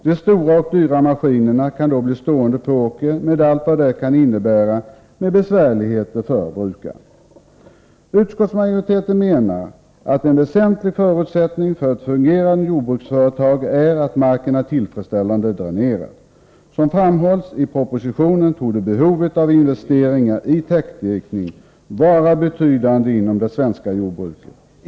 De stora och dyra maskinerna kan då bli stående på åkern, med allt vad det kan innebära för brukaren. Utskottsmajoriteten menar att en väsentlig förutsättning för ett fungerande jordbruksföretag är att marken är tillfredsställande dränerad. Som framhålls i propositionen torde behovet av investeringar i täckdikning vara betydande inom det svenska jordbruket.